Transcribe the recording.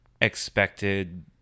expected